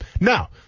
Now